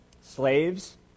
slaves